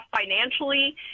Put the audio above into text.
financially